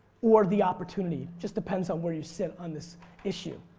or the opportunity just depends on where you sit on this issue,